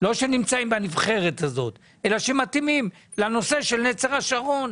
לא שנמצאים בנבחרת הזאת אלא שמתאימים לנושא של "נצר השרון".